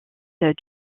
fils